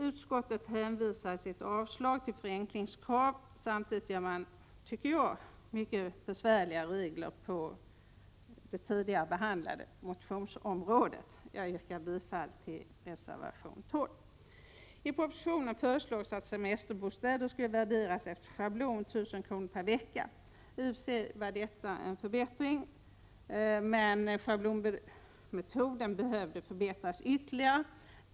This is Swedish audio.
Utskottet hänvisar i sitt avslagsyrkande till förenklingskrav. Samtidigt inför man mycket besvärliga regler på det tidigare behandlade motionsområdet. Jag yrkar bifall till reservation 12. I propositionen föreslogs att semesterbostäder skulle värderas efter en schablon med 1 000 kr. per vecka. I och för sig var detta en förbättring, men schablonmetoden skulle behöva förbättras ytterligare.